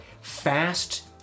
fast